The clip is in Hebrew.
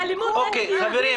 אוקיי, חברים.